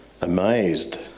amazed